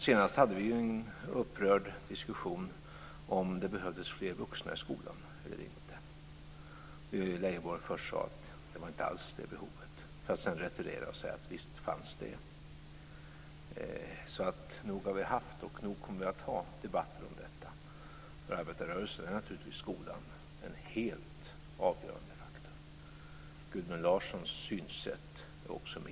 Senast hade vi en upprörd diskussion om det behövdes fler vuxna i skolan eller inte där Leijonborg först sade att det behovet inte alls fanns, för att sedan retirera och säga att visst fanns det. Nog har vi haft och nog kommer vi att ha debatter om detta. För arbetarrörelsen är skolan naturligtvis en helt avgörande faktor. Gudmund Larssons synsätt är också mitt.